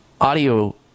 audio